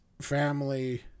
family